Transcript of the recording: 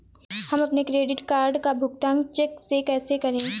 हम अपने credit card का भुगतान चेक से कैसे करें?